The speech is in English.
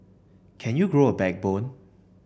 can you grow a backbone